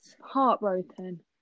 Heartbroken